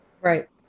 Right